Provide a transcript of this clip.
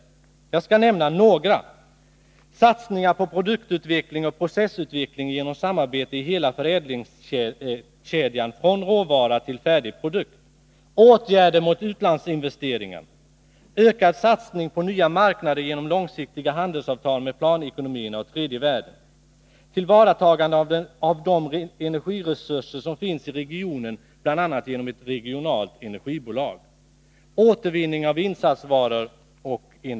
Jag skall nämna några av dem. Satsningar på produktutveckling och processutveckling genom samarbete i hela förädlingskedjan från råvara till färdig produkt. Ökad satsning på nya marknader genom långsiktiga handelsavtal med planekonomierna och tredje världen. Tillvaratagande av de energiresurser som finns i regionen, bl.a. genom ett regionalt energibolag.